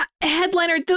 Headliner